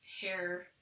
hair